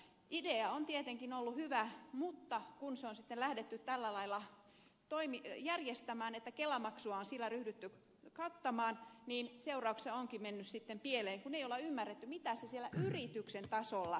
idea on tietenkin ollut hyvä mutta kun se on sitten lähdetty tällä lailla järjestämään että kelamaksua on sillä ryhdytty kattamaan seuraukset ovatkin menneet sitten pieleen kun ei ole ymmärretty mitä se siellä yrityksen tasolla merkitsee